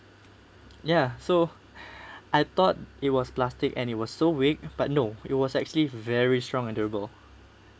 ya so I thought it was plastic and it was so weak but no it was actually very strong and durable